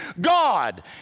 God